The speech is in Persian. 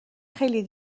خیلی